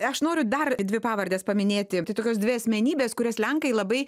aš noriu dar dvi pavardes paminėti tai tokios dvi asmenybės kurias lenkai labai